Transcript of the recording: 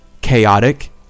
Chaotic